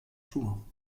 tour